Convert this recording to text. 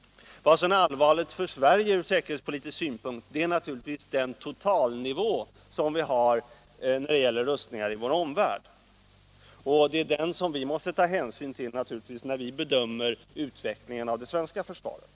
Vad som är viktigt för Sverige från säkerhetspolitisk synpunkt är naturligtvis den totalnivå som finns när det gäller rustningar i vår omvärld. Det är den som vi måste ta hänsyn till när vi bedömer utvecklingen av det svenska försvaret.